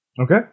Okay